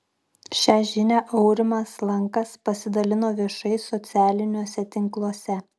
šią žinią aurimas lankas pasidalino viešai socialiniuose tinkluose